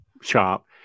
shop